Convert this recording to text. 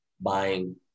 buying